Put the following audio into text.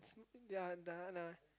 ya nah nah